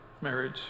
marriage